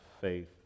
Faith